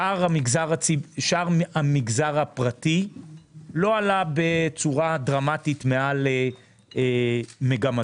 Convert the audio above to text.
שער המגזר הפרטי לא עלה בצורה דרמטית מעל מגמתו,